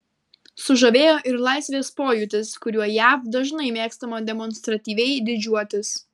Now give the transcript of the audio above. sužavėjo ir laisvės pojūtis kuriuo jav dažnai mėgstama demonstratyviai didžiuotis